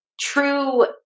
true